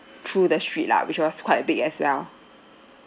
through the street lah which was quite big as well